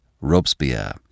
Robespierre